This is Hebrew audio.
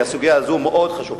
שהסוגיה הזו מאוד חשובה,